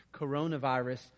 coronavirus